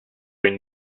une